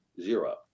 zero